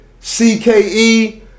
CKE